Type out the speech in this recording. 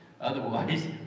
Otherwise